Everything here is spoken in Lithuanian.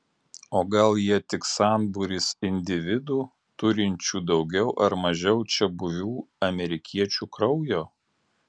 o gal jie tik sambūris individų turinčių daugiau ar mažiau čiabuvių amerikiečių kraujo